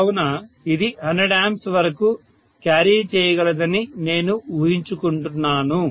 కావున ఇది 100 A వరకు క్యారీ చేయగలదని నేను ఊహించుకుంటున్నాను